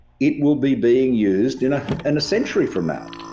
it will be being used and ah and a century from now.